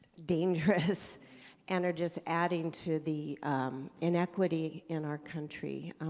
dangerous and are just adding to the inequity in our country.